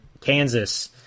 kansas